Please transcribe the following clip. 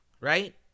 right